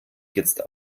jetzt